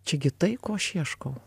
čia gi tai ko aš ieškau